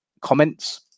comments